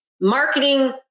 marketing